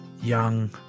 Young